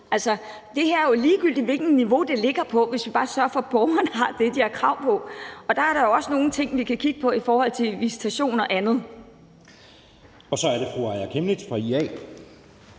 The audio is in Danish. det er jo ligegyldigt, hvilket niveau det ligger på, hvis vi bare sørger for, at borgerne får det, de har krav på. Og der er der jo også nogle ting, vi kan kigge på i forhold til visitation og andet. Kl. 13:43 Anden næstformand